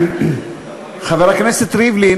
חבר הכנסת ריבלין,